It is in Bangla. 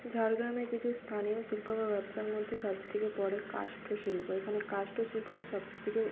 ঝাড়গ্রামে কিছু স্থানীয় শিল্প বা ব্যবসার মধ্যে সব থেকে পড়ে কাষ্ঠ শিল্প এখানে কাষ্ঠ শিল্পটা সব থেকে